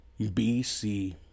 BC